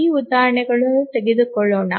ಈ ಉದಾಹರಣೆಯನ್ನು ತೆಗೆದುಕೊಳ್ಳೋಣ